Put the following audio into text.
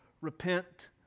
repent